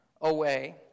away